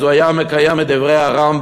אז הוא היה מקיים את דברי הרמב"ם,